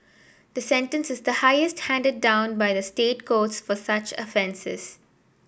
the sentence is the highest handed down by the State Courts for such offences